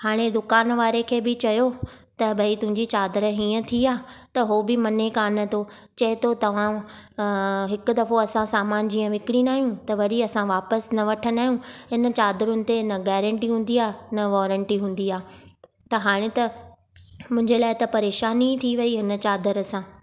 हाणे दुकान वारे खे बि चयो त भई तुंहिंजी चादर हीअं थी आहे त उहो बि मञे कान थो चवे तो तव्हां हिकु दफ़ो असां सामानु जीअं विकिणींदा आहियूं त वरी असां वापसि न वठंदा आहियूं हिन चादरुनि ते न गॅरेंटी हूंदी आहे न वॉरंटी हूंदी आहे त हाणे त मुंहिंजे लाइ त परेशानी थी वेई हिन चादर सां